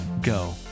go